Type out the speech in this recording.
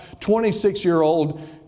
26-year-old